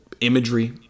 imagery